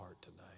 tonight